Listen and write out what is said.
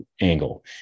angle